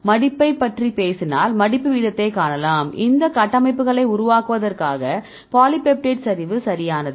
மடிப்பைப் பற்றி பேசினால் மடிப்பு வீதத்தைக் காணலாம் இந்த கட்டமைப்புகளை உருவாக்குவதற்கான பாலிபெப்டைட் சரிவு சரியானது